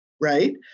Right